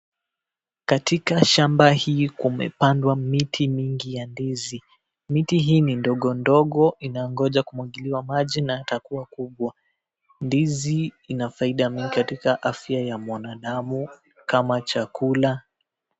Katika shamba hii kumepandwa miti mingi ya ndizi, miti hii ni ndogo ndogo inangoja kumwagiliwa maji na itakuwa kubwa. Ndizi inafaida mingi katika afya ya mwanadamu kama chakula.